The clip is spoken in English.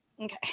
okay